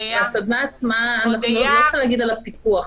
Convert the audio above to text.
ובסדנה עצמה אני לא צריכה להגיד על הפיקוח,